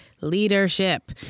Leadership